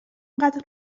قدر